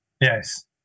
Yes